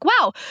wow